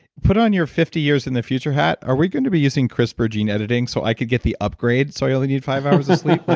put on your fifty years in the future hat, are we going to be using crispr gene editing so i could get the upgrades, so i only need five hours of sleep? but